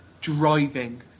driving